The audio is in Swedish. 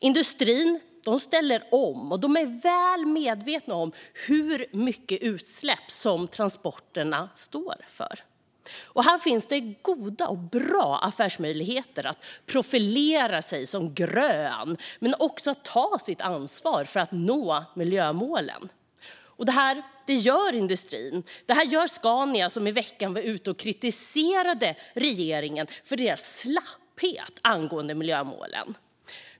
Industrin ställer om och är väl medveten om hur mycket utsläpp som transporterna står för. Här finns det goda affärsmöjligheter att profilera sig som grön och även ta sitt ansvar för att vi ska nå miljömålen. Detta gör industrin. Det gör Scania, som i veckan var ute och kritiserade regeringen för dess slapphet angående miljömålen.